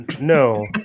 no